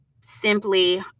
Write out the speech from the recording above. simply